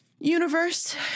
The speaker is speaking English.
universe